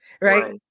right